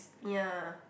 ya